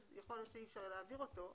אז יכול להיות שאי-אפשר להעביר אותו.